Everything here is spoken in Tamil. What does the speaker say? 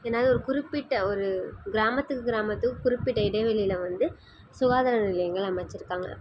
ஏன்னால் அது ஒரு குறிப்பிட்ட ஒரு கிராமத்துக்கு கிராமத்துக்கு குறிப்பிட்ட இடைவெளியில் வந்து சுகாதார நிலையங்கள் அமைச்சிருக்காங்க